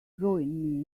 ruin